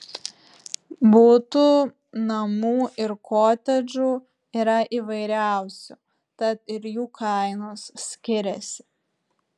butų namų ir kotedžų yra įvairiausių tad ir jų kainos skiriasi